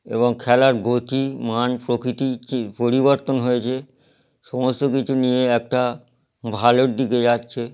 এবং খেলার গতি মান প্রকৃতি চি পরিবর্তন হয়েছে সমস্ত কিছু নিয়ে একটা ভালোর দিকে যাচ্ছে